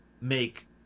make